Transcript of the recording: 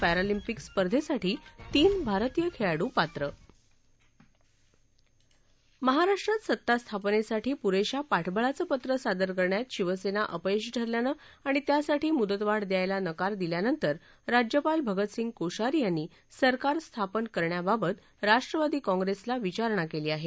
Paralympic स्पर्धेसाठी तीन भारतीय खेळाडू पात्र महाराष्ट्रात सत्तास्थापनेसाठी पुरेशा पाठबळाचं पत्र सादर करण्यात शिवसेना अपयशी ठरल्यानं आणि त्यासाठी मुदतवाढ द्यायला नकार दिल्यानंतर राज्यपाल भगतसिंग कोश्यारी यांनी सरकार स्थापन करण्याबाबत राष्ट्रवादी काँग्रेसला विचारणा केली आहे